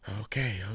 Okay